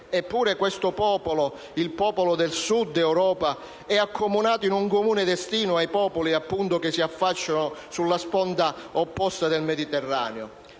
Eppure questo popolo, il popolo del Sud Europa, è accomunato in un comune destino ai popoli che si affacciano sulla sponda opposta del Mediterraneo